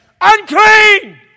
unclean